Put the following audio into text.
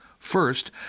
First